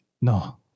No